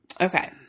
Okay